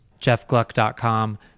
jeffgluck.com